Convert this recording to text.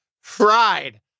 fried